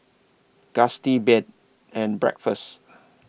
Gusti Bed and Breakfast